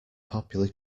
popular